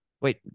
wait